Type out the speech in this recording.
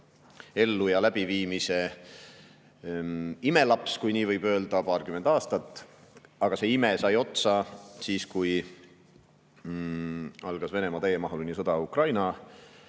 elluviimise imelaps, kui nii võib öelda, paarkümmend aastat. Aga see ime sai otsa siis, kui algas Venemaa täiemahuline sõda Ukraina